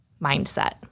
mindset